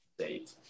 State